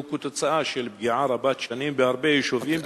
הוא תוצאה של פגיעה רבת שנים בהרבה יישובים,